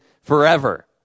forever